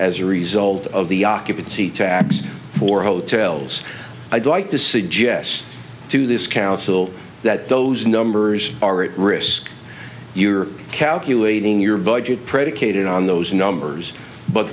as a result of the occupancy tabs for hotels i'd like to suggest to this council that those numbers are at risk you're calculating your budget predicated on those numbers but